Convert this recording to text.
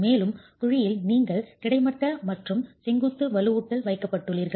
மேலும் குழியில் நீங்கள் கிடைமட்ட மற்றும் செங்குத்து வலுவூட்டல் வைக்கப்பட்டுள்ளீர்கள்